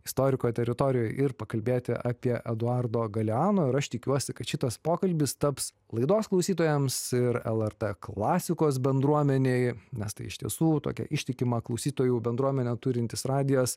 istoriko teritorijoj ir pakalbėti apie eduardo galeano ir aš tikiuosi kad šitas pokalbis taps laidos klausytojams ir lrt klasikos bendruomenei nes tai iš tiesų tokią ištikimą klausytojų bendruomenę turintis radijas